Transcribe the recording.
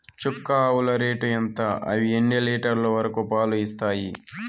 చుక్క ఆవుల రేటు ఎంత? అవి ఎన్ని లీటర్లు వరకు పాలు ఇస్తాయి?